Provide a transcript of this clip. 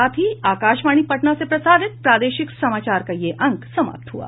इसके साथ ही आकाशवाणी पटना से प्रसारित प्रादेशिक समाचार का ये अंक समाप्त हुआ